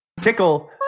Tickle